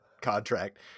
contract